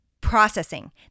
processing